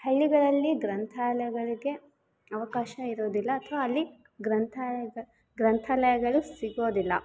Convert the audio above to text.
ಹಳ್ಳಿಗಳಲ್ಲಿ ಗ್ರಂಥಾಲಯಗಳಿಗೆ ಅವಕಾಶ ಇರೋದಿಲ್ಲ ಅಥವಾ ಅಲ್ಲಿ ಗ್ರಂಥಾಲಯ ಗ್ರಂಥಾಲಯಗಳು ಸಿಗೋದಿಲ್ಲ